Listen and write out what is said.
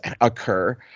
occur